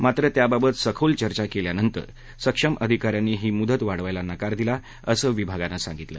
मात्र त्याबाबत सखोल चर्चा केल्यानंतर सक्षम अधिकाऱ्यांनी ही मुदत वाढवायला नकार दिला असं विभागानं सांगितलं